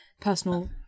personal